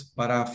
para